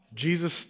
Jesus